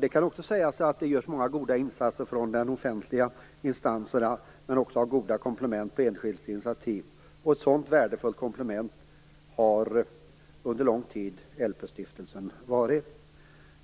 Det skall också sägas att många goda insatser görs från de offentliga instanserna, men det finns också goda komplement på enskilt initiativ. Ett sådant värdefullt komplement har LP-stiftelsen under lång tid varit.